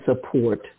support